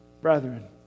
brethren